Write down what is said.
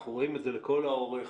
אנחנו רואים את זה לכל האורך,